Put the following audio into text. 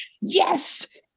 yes